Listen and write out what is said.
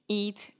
eat